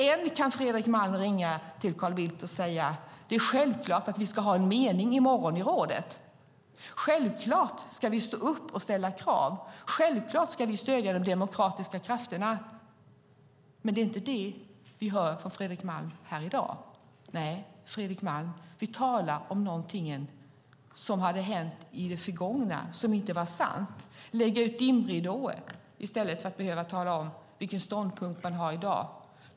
Än kan Fredrik Malm ringa till Carl Bildt och säga att det är självklart att vi ska ha en mening i morgon i rådet, att vi självklart ska stå upp och ställa krav, att vi självklart ska stödja de demokratiska krafterna. Men det är inte det vi hör från Fredrik Malm här i dag. Nej, Fredrik Malm vill tala om något som har hänt i det förgångna som inte var sant och lägga ut dimridåer i stället för att tala om vilken ståndpunkt man har i dag.